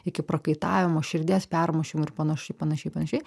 iki prakaitavimo širdies permušimų ir panaš panašiai panašiai